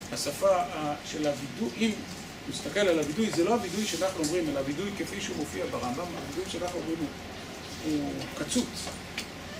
השפה של הוידוי, אם נסתכל על הוידוי, זה לא הוידוי שאנחנו אומרים, אלא הוידוי כפי שהוא מופיע ברמב״ם, הוידוי שאנחנו אומרים הוא קצוץ.